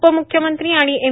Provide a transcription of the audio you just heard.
उपमुख्यमंत्री आणि एम